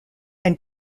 and